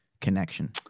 connection